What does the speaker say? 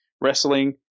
wrestling